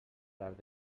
les